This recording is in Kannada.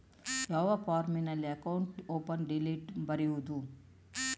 ಯಾವ ಫಾರ್ಮಿನಲ್ಲಿ ಅಕೌಂಟ್ ಓಪನ್ ಡೀಟೇಲ್ ಬರೆಯುವುದು?